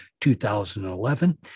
2011